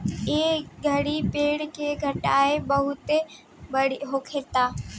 ए घड़ी पेड़ के कटाई बहुते होता